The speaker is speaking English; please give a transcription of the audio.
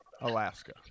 Alaska